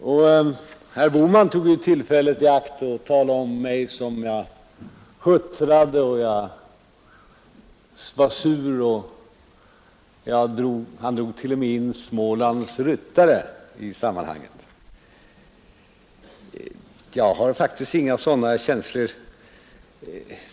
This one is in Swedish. Och herr Bohman tog ju tillfället i akt att tala om mig som om jag huttrade och som om jag var sur, och han drog t.o.m., in Smålands ryttare i sammanhanget. Jag har faktiskt inga sådana känslor.